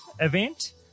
event